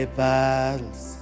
battles